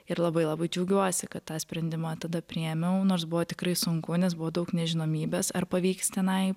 ir labai labai džiaugiuosi kad tą sprendimą tada priėmiau nors buvo tikrai sunku nes buvo daug nežinomybės ar pavyks tenai